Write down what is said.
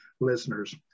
listeners